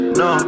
no